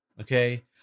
Okay